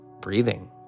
breathing